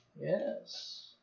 Yes